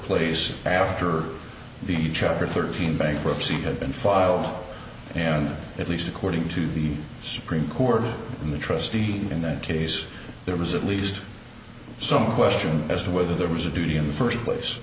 place after the charter thirteen bankruptcy had been filed and at least according to the supreme court in the trustee in that case there was at least some question as to whether there was a duty in the first place